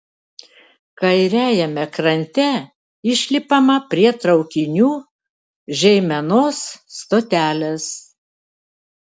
kairiajame krante išlipama prie traukinių žeimenos stotelės